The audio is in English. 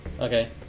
Okay